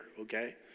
Okay